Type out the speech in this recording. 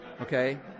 Okay